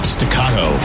Staccato